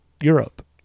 Europe